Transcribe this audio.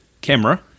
camera